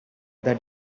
that